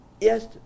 Yes